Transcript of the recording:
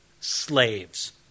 Slaves